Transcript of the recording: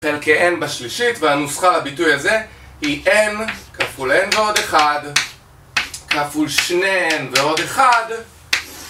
חלקי n בשלישית, והנוסחה לביטוי הזה היא n כפול n ועוד 1 כפול 2n ועוד 1